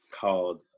called